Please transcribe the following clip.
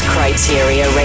Criteria